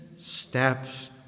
steps